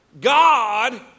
God